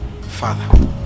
Father